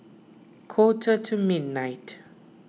quarter to midnight